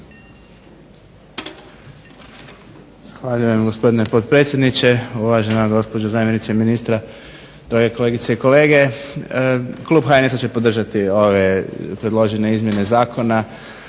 Zahvaljujem gospodine potpredsjedniče. Uvažena gospođo zamjenice ministra, drage kolegice i kolege. Klub HNS-a će podržati ove predložene izmjene zakona.